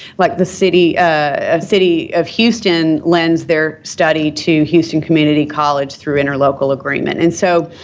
like the city ah city of houston lends their study to houston community college through interlocal agreement. and so,